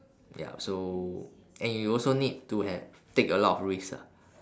ya so and you also need to have take a lot of risk ah